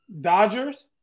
Dodgers